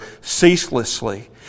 ceaselessly